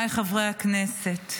הכנסת,